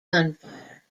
gunfire